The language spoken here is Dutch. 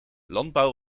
landbouw